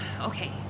Okay